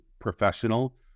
professional